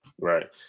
Right